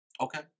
Okay